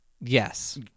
Yes